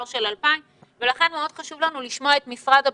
של 2,000. לכן מאוד חשוב לנו לשמוע את משרד הבריאות,